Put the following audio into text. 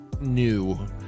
new